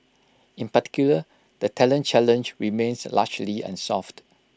in particular the talent challenge remains largely unsolved